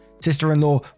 sister-in-law